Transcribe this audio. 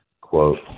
quote